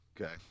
Okay